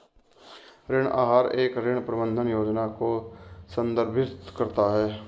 ऋण आहार एक ऋण प्रबंधन योजना को संदर्भित करता है